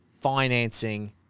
financing